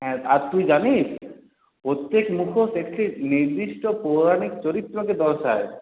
হ্যাঁ আর তুই জানিস প্রত্যেক মুখোশ একটি নির্দিষ্ট পৌরাণিক চরিত্রকে দর্শায়